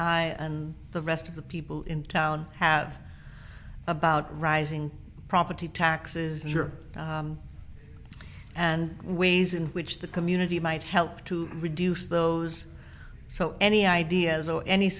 i and the rest of the people in town have about rising property taxes are and ways in which the community might help to reduce those so any ideas or any